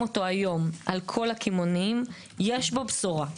אותו היום על כל הקמעונאים יש פה בשורה.